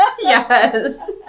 Yes